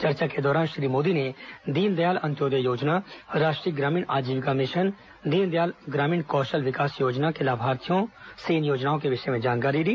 चर्चा के दौरान श्री मोदी ने दीनदयाल अंत्योदय योजना राष्ट्रीय ग्रामीण आजीविका मिशन दीनदयाल ग्रामीण कौशल्य विकास योजना के लाभार्थियों के से इन योजनाओं के विषय में जानकारी ली